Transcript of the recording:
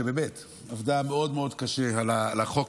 שבאמת עבדה מאוד מאוד קשה על החוק